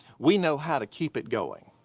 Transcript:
we know how to keep it going.